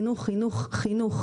חינוך וחינוך,